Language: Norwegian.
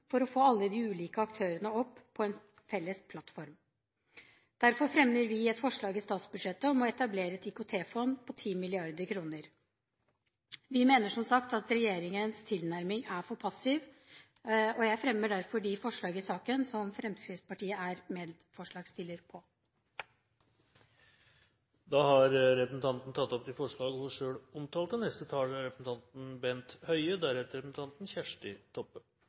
for å få alle de ulike aktørene opp på en felles plattform. Derfor fremmer vi et forslag i statsbudsjettet om å etablere et IKT-fond på 10 mrd. kr. Vi mener som sagt at regjeringens tilnærming er for passiv, og jeg fremmer derfor Fremskrittspartiets forslag nr. 18 og de forslag i saken der Fremskrittspartiet er medforslagsstiller. Da har representanten tatt opp de forslag hun refererte til. Det er